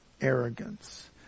arrogance